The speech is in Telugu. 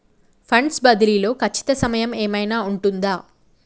ఫండ్స్ బదిలీ లో ఖచ్చిత సమయం ఏమైనా ఉంటుందా?